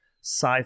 sci